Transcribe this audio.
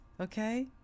okay